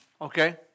okay